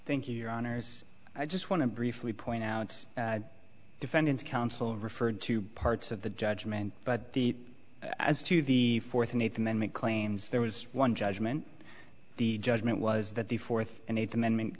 thank you your honors i just want to briefly point out defendant's counsel referred to parts of the judgment but the as to the fourth and eighth amendment claims there was one judgment the judgment was that the fourth and eighth amendment